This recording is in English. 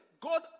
God